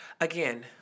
again